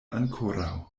ankoraŭ